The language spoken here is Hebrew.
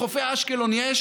בחופי אשקלון יש